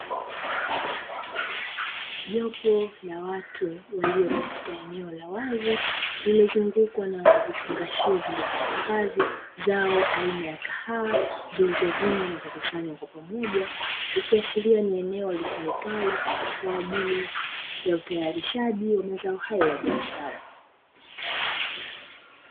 Jopo la watu walio katika eneo la wazi lililo zungukwa na vifungashio vilivyo hifadhi zao aina ya kahawa zilizovuwa na kukusanywa kwa pamoja ikiashiria ni eneo litumikalo kwaajili ya utayarishaji wa mazao hayo ya biashara.